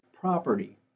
property